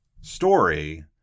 story